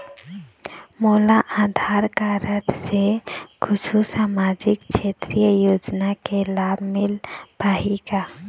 मोला आधार कारड से कुछू सामाजिक क्षेत्रीय योजना के लाभ मिल पाही का?